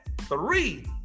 three